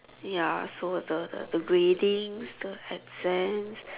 ya so the the the gradings the exams